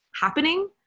happening